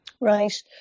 Right